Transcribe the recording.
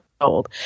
old